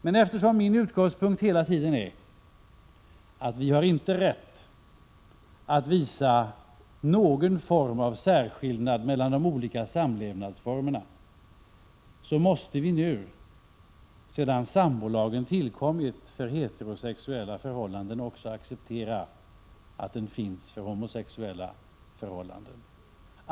Men eftersom min utgångspunkt hela tiden är att vi inte har rätt att visa någon form av särskillnad mellan de olika samlevnadsformerna, måste vi nu, sedan sambolagen tillkommit för heterosexuella förhållanden, också acceptera att den finns för homosexuella förhållanden.